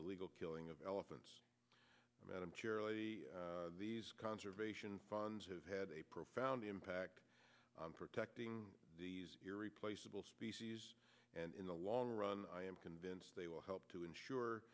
illegal killing of elephants madam chair and conservation funds have had a profound impact on protecting replaceable species and in the long run i am convinced they will help to ensure